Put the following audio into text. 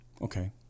Okay